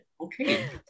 Okay